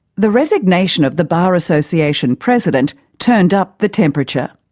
the resignation of the bar association president turned up the temperature.